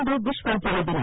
ಇಂದು ವಿಶ್ವ ಜಲ ದಿನ